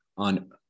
on